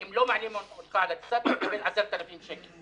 ואם לא מעלים אותך לטיסה, אתה מקבל 10,000 שקל.